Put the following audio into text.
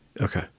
Okay